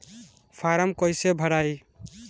Form कईसे भराई?